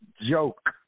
joke